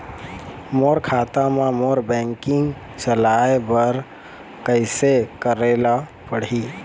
मोर खाता ले मोर बैंकिंग चलाए बर कइसे करेला पढ़ही?